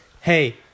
hey